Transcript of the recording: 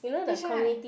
which one I've